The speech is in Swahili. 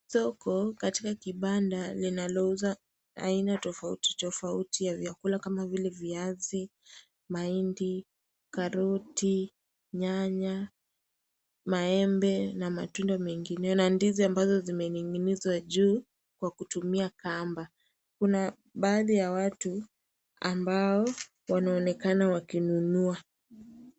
Soko katika kibanda linalouza aina tofauti tofauti ya vyakula kama vile viazi, mahindi, karoti, nyanya, maembe na matunda mengineyo na ndizi ambazo zimening'inizwa juu kwa kutumia kamba. Kuna baadhi ya watu ambao wanaonekana wakinunua.